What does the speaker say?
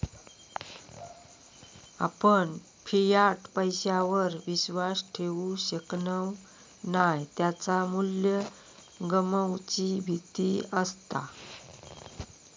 आपण फियाट पैशावर विश्वास ठेवु शकणव नाय त्याचा मू्ल्य गमवुची भीती असता